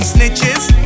Snitches